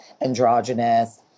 androgynous